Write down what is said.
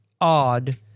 odd